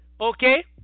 okay